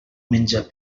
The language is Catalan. menja